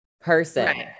person